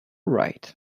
right